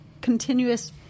continuous